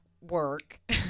work